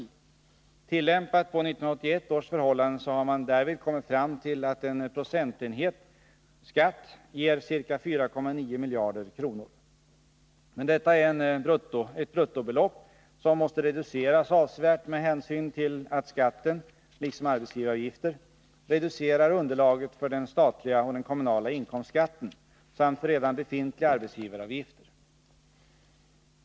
Med avseende på 1981 års förhållanden har man kommit fram till att en procentenhet skatt ger ca 4,9 miljarder kronor. Men detta är ett bruttobelopp, som måste reduceras avsevärt med hänsyn till att skatten — liksom arbetsgivaravgifter — reducerar underlaget för den statliga och den kommu nala inkomstskatten samt för redan befintliga arbetsgivaravgifter.